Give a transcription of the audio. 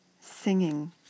singing